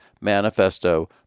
manifesto